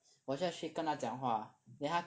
我是要去跟他讲话 then 他